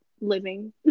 living